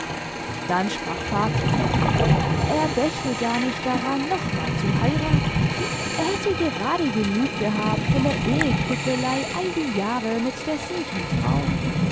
dann sprach vater er dächte gar nicht daran noch mal zu heiraten er hätte gerade genug gehabt von der ehekrüppelei all die jahre mit der siechen frau